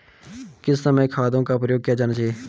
किस समय खादों का प्रयोग किया जाना चाहिए?